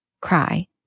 cry